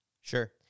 Sure